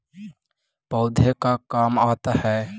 पौधे का काम आता है?